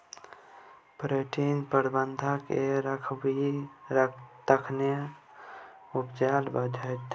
पटौनीक प्रबंधन कए राखबिही तखने ना उपजा बढ़ितौ